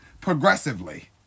progressively